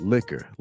Liquor